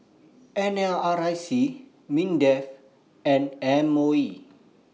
N L R I C Mindef and M O E